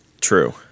True